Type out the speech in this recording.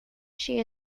she